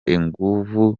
inguvu